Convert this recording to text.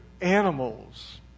animals